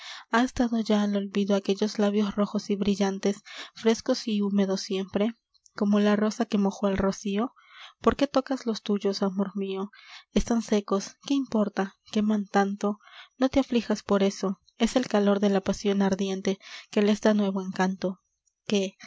has dado ya al olvido aquellos labios rojos y brillantes frescos y húmedos siempre como la rosa que mojó el rocío por qué tocas los tuyos amor mio están secos qué importa queman tánto no te aflijas por eso es el calor de la pasion ardiente que les dá nuevo encanto qué